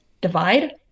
divide